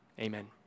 Amen